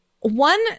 one